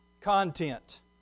content